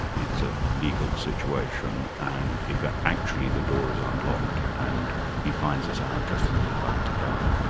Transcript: it's a legal situation and if, ah actually the door is unlocked and he finds this out just as he's about to die.